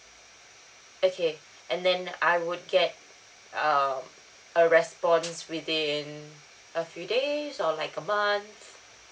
okay and then I would get um a response within a few days or like a month